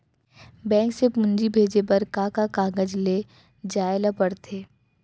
Bank से पूंजी भेजे बर का का कागज ले जाये ल पड़थे?